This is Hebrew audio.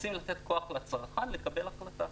רוצים לתת כוח לצרכן לקבל החלטה.